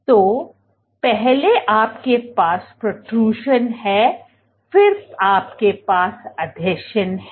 तो पहले आपके पास पॊ़ट्रट्यूशन है फिर आपके पास आसंजन है